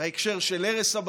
בהקשר של הרס הבתים,